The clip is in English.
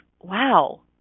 wow